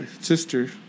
Sister